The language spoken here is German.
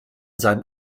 seinem